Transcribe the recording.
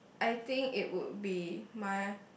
I think it would be my